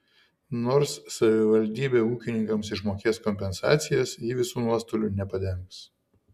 nors savivaldybė ūkininkams išmokės kompensacijas ji visų nuostolių nepadengs